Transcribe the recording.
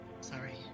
Sorry